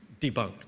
debunked